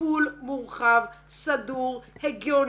טיפול מורחב, סדור, הגיוני.